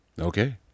okay